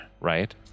right